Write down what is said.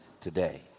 today